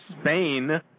Spain